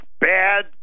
bad